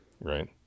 Right